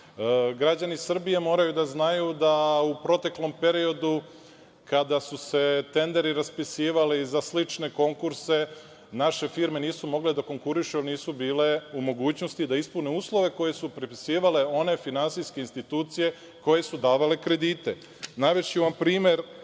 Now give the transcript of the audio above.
Građani Srbije moraju da znaju da u proteklom periodu kada su se tenderi raspisivali za slične konkurse naše firme nisu mogle da konkurišu jer nisu bile u mogućnosti da ispune uslove koje su propisivale one finansijske institucije koje su davale kredite. Navešću